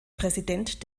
präsident